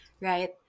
right